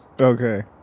Okay